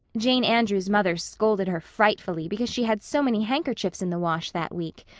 jane andrews' mother scolded her frightfully because she had so many handkerchiefs in the wash that week.